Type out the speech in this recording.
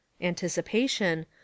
anticipation